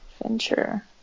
Adventure